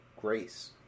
grace